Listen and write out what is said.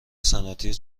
صنعتی